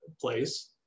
place